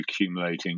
accumulating